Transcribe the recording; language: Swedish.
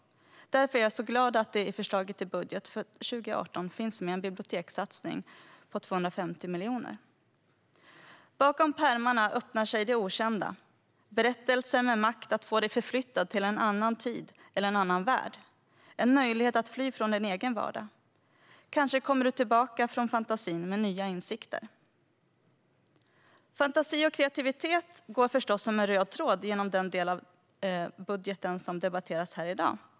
Därför är jag så glad att det i förslaget till budget för 2018 finns med en bibliotekssatsning på 250 miljoner. Bakom pärmarna öppnar sig det okända, berättelser med makt att få dig förflyttad till en annan tid eller till en annan värld, en möjlighet att fly från din egen vardag. Kanske kommer du tillbaka från fantasin med nya insikter. Fantasi och kreativitet går förstås som en röd tråd genom den del av budgeten som debatteras här i dag.